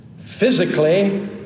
Physically